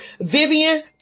Vivian